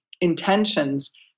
intentions